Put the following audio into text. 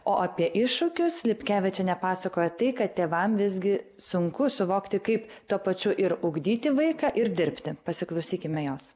o apie iššūkius lipkevičienė pasakoja tai kad tėvam visgi sunku suvokti kaip tuo pačiu ir ugdyti vaiką ir dirbti pasiklausykime jos